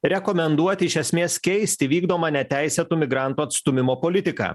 rekomenduot iš esmės keisti vykdomą neteisėtų migrantų atstūmimo politiką